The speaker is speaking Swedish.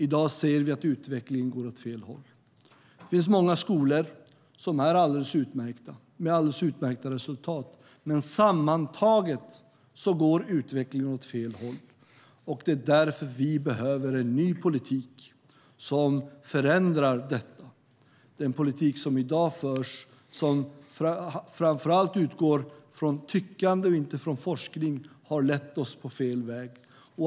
I dag ser vi att utvecklingen går åt fel håll. Det finns många skolor som är alldeles utmärkta, med alldeles utmärkta resultat, men sammantaget går utvecklingen åt fel håll. Det är därför vi behöver en ny politik som förändrar detta. Den politik som i dag förs, som framför allt utgår från tyckande och inte från forskning, har lett oss på fel väg.